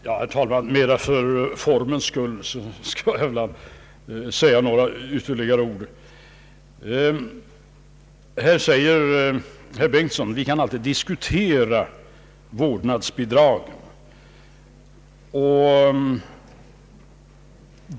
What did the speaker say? Herr talman! Mera för formens skull skall jag väl säga ytterligare några ord! Herr Bengtson säger att vi alltid kan diskutera frågan om vårdnadsbidrag.